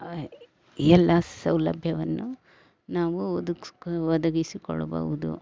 ಎಲ್ಲ ಸೌಲಭ್ಯವನ್ನು ನಾವು ಒದಗಸ್ಕ್ ಒದಗಿಸಿಕೊಳ್ಳಬವ್ದು